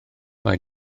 mae